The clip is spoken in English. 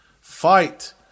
Fight